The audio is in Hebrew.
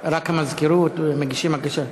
רק המזכירות, מגישים בקשה.